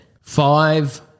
Five